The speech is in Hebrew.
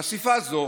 חשיפה זו